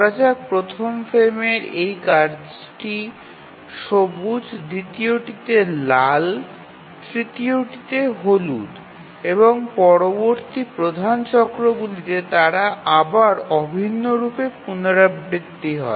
ধরা যাক প্রথম ফ্রেমের এই কাজটি সবুজ দ্বিতীয়টিতে লাল তৃতীয়টিতে হলুদ এবং পরবর্তী প্রধান চক্রগুলিতে তারা আবার অভিন্নরূপে পুনরাবৃত্তি হয়